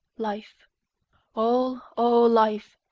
life all, all life,